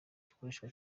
gikoreshwa